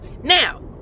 Now